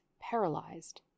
paralyzed